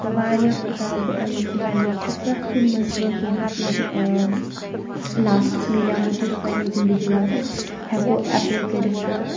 تہٕ واریاہ کِتاب یِم مےٚ پَرِمٕژ چھِ پرؠتھ کُنہِ منٛز چھِ کِینٛہہ نہ تہٕ کِینٛہہ لاسٹَس مِلِیومُت یُس پَننہِ زِنٛدگِی منٛز أسۍ ہیٚکو اؠٚپلَے کٔرِتھ